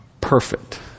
perfect